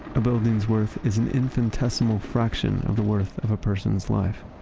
a building's worth is an infinitesimal fraction of the worth of a person's life.